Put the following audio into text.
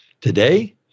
today